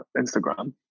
Instagram